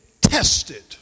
tested